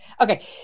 Okay